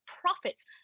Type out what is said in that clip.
profits